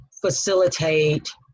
facilitate